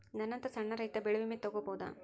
ನನ್ನಂತಾ ಸಣ್ಣ ರೈತ ಬೆಳಿ ವಿಮೆ ತೊಗೊಬೋದ?